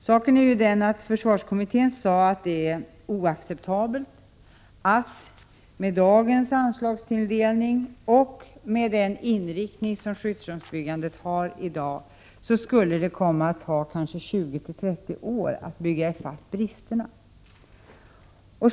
Saken är ju den att försvarskommittén sade att det är oacceptabelt att det med dagens anslagstilldelning och med den nuvarande inriktningen av skyddsrumsbyggandet skulle komma att ta 20-30 år att bygga ifatt bristerna.